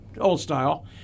old-style